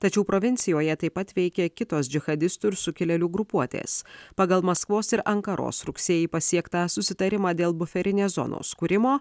tačiau provincijoje taip pat veikia kitos džichadistų ir sukilėlių grupuotės pagal maskvos ir ankaros rugsėjį pasiektą susitarimą dėl buferinės zonos kūrimo